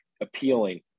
appealing